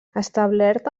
establert